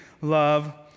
love